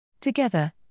Together